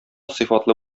сыйфатлы